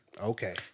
Okay